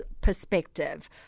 perspective